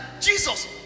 Jesus